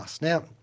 Now